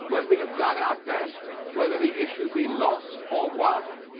when we have done our best, whether the issue be lost or won,